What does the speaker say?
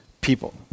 people